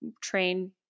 train